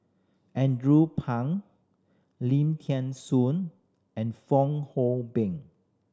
Andrew Phang Lim Thean Soon and Fong Hoe Beng